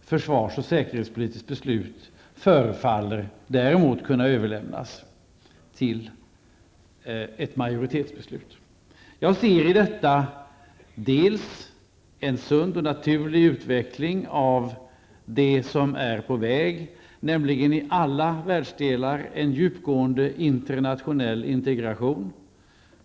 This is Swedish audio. försvars och säkerhetspolitiskt beslut förefaller däremot kunna överlämnas till ett majoritetsbeslut. Jag ser i detta en sund och naturlig utveckling av det som är på väg i alla världsdelar, nämligen en djupgående internationell integration.